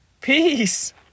Peace